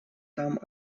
там